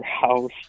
house